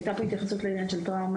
היתה פה התייחסות לעניין של טראומה,